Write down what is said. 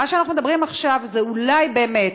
מה שאנחנו מדברים עכשיו זה אולי באמת,